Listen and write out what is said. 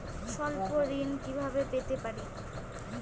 স্বল্প ঋণ কিভাবে পেতে পারি?